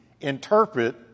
interpret